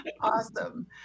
Awesome